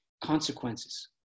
consequences